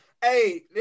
Hey